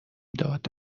داد